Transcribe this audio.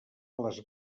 les